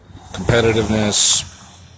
competitiveness